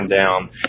down